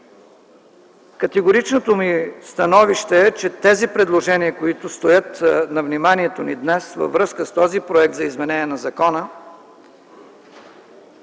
Категоричното ми становище е, че тези предложения, които стоят на вниманието ни днес във връзка с този проект за изменение на закона,